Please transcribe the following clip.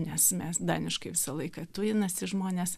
nes mes daniškai visą laiką tujinasi žmonės